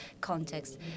context